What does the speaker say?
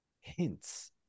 hints